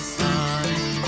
side